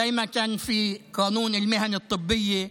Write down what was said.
כמו שהיה חוק למקצועות הרפואיים,